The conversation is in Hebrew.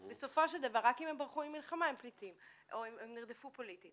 בסופו של דבר רק אם הם ברחו ממלחמה הם פליטים או אם נרדפו פוליטית,